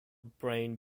brain